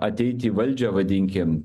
ateit į valdžią vadinkim